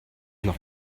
noch